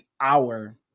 hour